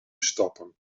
stoppen